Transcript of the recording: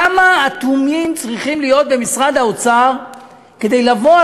כמה אטומים צריכים להיות במשרד האוצר כדי לבוא,